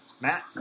Matt